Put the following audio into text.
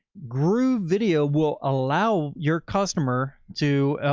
groovevideo will allow your customer to, oh,